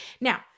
now